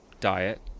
diet